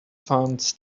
funds